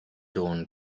dawn